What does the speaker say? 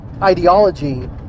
ideology